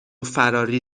فراری